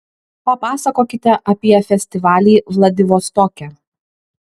papasakokite apie festivalį vladivostoke